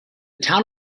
town